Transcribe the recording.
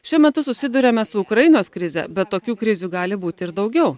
šiuo metu susiduriame su ukrainos krize bet tokių krizių gali būti ir daugiau